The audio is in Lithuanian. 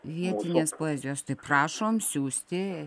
vietinės poezijos tai prašom siųsti